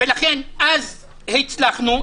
לכן אז הצלחנו,